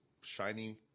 shiny